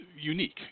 unique